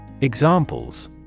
Examples